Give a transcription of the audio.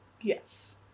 Yes